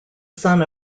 son